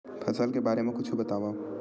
फसल के बारे मा कुछु बतावव